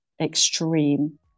extreme